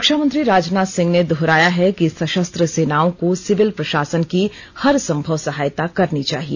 रक्षामंत्री राजनाथ सिंह ने दोहराया है कि सशस्त्र सेनाओं को सिविल प्रशासन की हरसंभव सहायता करनी चाहिए